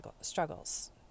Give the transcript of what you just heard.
struggles